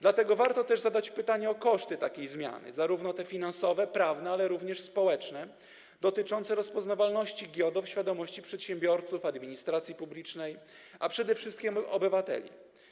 Dlatego warto też zadać pytanie o koszty takiej zmiany - zarówno te finansowe, prawne, jak również społeczne - dotyczące rozpoznawalności GIODO w świadomości przedsiębiorców, administracji publicznej i przede wszystkim obywateli.